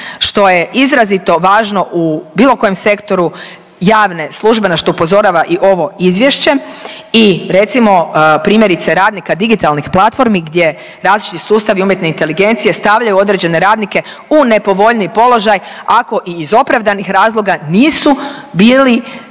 što je izrazito važno u bilo kojem sektoru javne službe na što upozorava i ovo izvješće i recimo primjerice radnika digitalnih platformi gdje različiti sustavi umjetne inteligencije stavljaju određene radnike u nepovoljniji položaj ako i iz opravdanih razloga nisu bili